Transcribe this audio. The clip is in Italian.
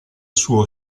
suo